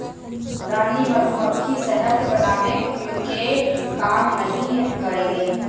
रानी मधुमक्खी शहद बनावे के काम नाही करेले